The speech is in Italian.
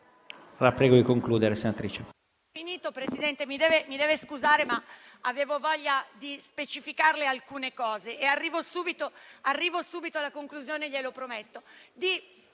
La prego di concludere, senatrice.